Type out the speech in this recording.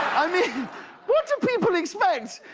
i mean what do people expect.